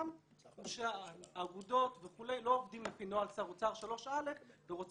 הוא שהאגודות וכו' לא עובדים לפי נוהל שר אוצר,